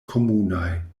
komunaj